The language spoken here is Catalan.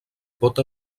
pot